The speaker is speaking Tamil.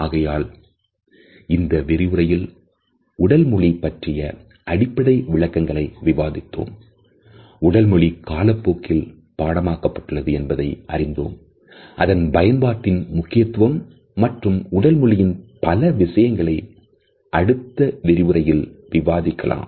ஆகையால் இந்த விரிவுரையில் உடல் மொழி பற்றிய அடிப்படை விளக்கங்களை விவாதித்தோம் உடல் மொழி காலப்போக்கில் படமாக்கப்பட்டுள்ளது என்பதை அறிந்தோம் அதன் பயன்பாட்டின் முக்கியத்துவம் மற்றும் உடல் மொழியின் பல விஷயங்களை அடுத்த விரிவுரையில் விவாதிக்கலாம்